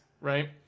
right